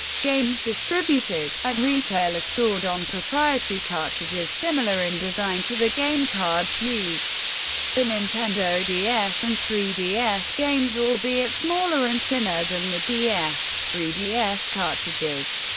games distributed at retail are stored on proprietary cartridges, similar in design to the game cards used for nintendo ds and three ds games, albeit smaller and thinner than the ds three ds cartridges.